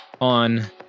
on